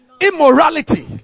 immorality